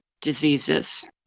diseases